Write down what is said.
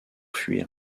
fuir